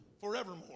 forevermore